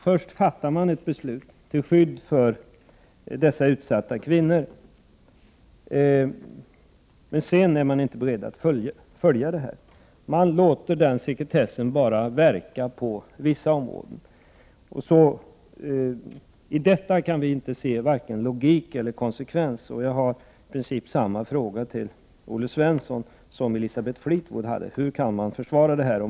Först fattar man ett beslut till skydd för dessa utsatta kvinnor, men sedan är man inte beredd att fullfölja det. Man låter den sekretessen verka på bara vissa områden. I detta kan vi inte se vare sig logik eller konsekvens. Jag har i princip samma fråga till Olle Svensson som Elisabeth Fleetwood hade: Hur kan man försvara det?